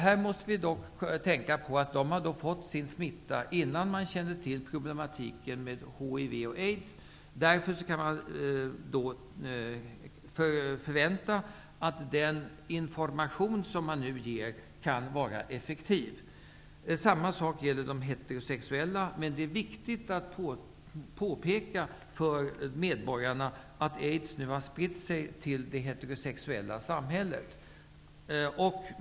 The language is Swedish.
Här måste vi dock tänka på att de har fått sin smitta innan man kände till problematiken med HIV och aids. Därför kan man förvänta sig att den information som nu ges kan vara effektiv. Samma sak gäller de heterosexuella. Men det är viktigt att påpeka för medborgarna att aids nu har spritt sig till det heterosexuella samhället.